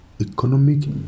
economic